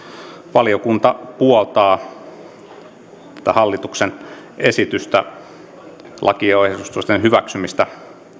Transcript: valiokunta puoltaa tätä hallituksen esitystä lakiesitysten hyväksymistä